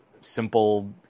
simple